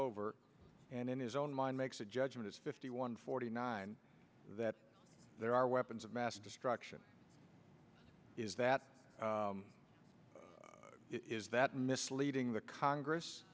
over and in his own mind makes a judgment as fifty one forty nine that there are weapons of mass destruction is that is that misleading the congress